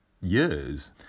years